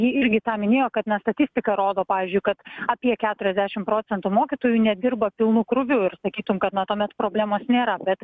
ji irgi tą minėjo kad na statistika rodo pavyzdžiui kad apie keturiasdešim procentų mokytojų nedirba pilnu krūviu ir sakytum kad na tuomet problemos nėra bet